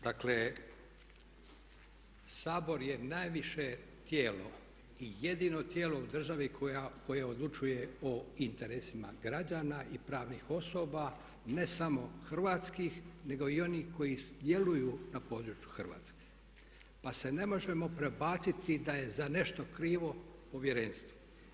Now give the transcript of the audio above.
Dakle, Sabor je najviše tijelo i jedino tijelo u državi koje odlučuje o interesima građana i pravnih osoba ne samo Hrvatskih, nego i onih koji djeluju na području Hrvatske, pa se ne možemo prebaciti da je za nešto krivo Povjerenstvo.